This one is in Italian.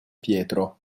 pietro